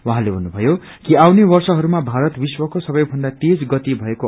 उहाँले भन्नुभयो कि आउने वर्षहरूमा भात विश्वको सबैभन्दा तेज गति भकऐ